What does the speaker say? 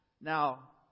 now